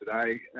today